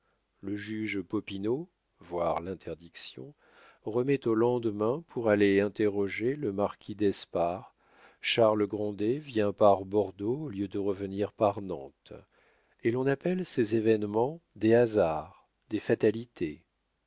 le juge popinot voir l'interdiction remet au lendemain pour aller interroger le marquis d'espard charles grandet vient par bordeaux au lieu de revenir par nantes et l'on appelle ces événements des hasards des fatalités